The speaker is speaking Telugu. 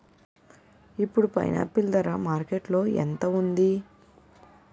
ఇప్పుడు పైనాపిల్ ధర మార్కెట్లో ఎంత ఉంది?